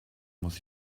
muss